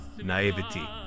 naivety